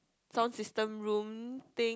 sound system room thing